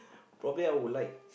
probably I would like